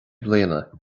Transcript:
bliana